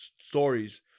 stories